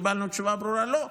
קיבלנו תשובה ברורה: לא.